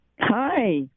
Hi